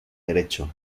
derecho